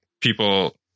people